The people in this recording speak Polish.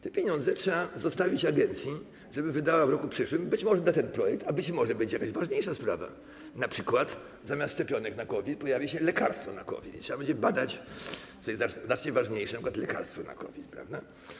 Te pieniądze trzeba zostawić agencji, żeby wydała w roku przyszłym, i być może na ten projekt, a być może będzie jakaś ważniejsza sprawa, np. zamiast szczepionek na COVID pojawi się lekarstwo na COVID i trzeba będzie badać, co jest znacznie ważniejsze, np. lekarstwo na COVID.